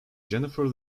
jennifer